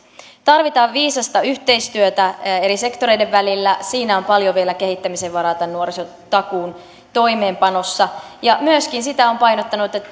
tarvitaan viisasta yhteistyötä eri sektoreiden välillä siinä on paljon vielä kehittämisen varaa tämän nuorisotakuun toimeenpanossa ja myöskin sitä olen painottanut että